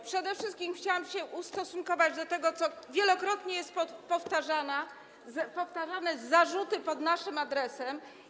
Przede wszystkim chciałabym się ustosunkować do tego, co wielokrotnie jest powtarzane, czyli zarzutów pod naszym adresem.